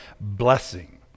blessing